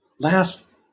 laugh